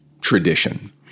tradition